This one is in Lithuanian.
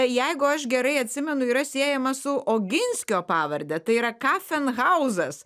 jeigu aš gerai atsimenu yra siejama su oginskio pavarde tai yra kafenhauzas